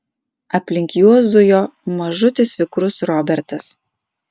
aplink juos zujo mažutis vikrus robertas